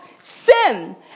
sin